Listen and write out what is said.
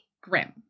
grim